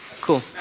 Cool